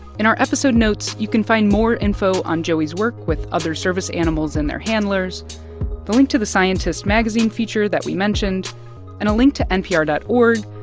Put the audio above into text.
in our episode notes, you can find more info on joey's work with other service animals and their handlers, the link to the scientist magazine feature that we mentioned and a link to npr dot org,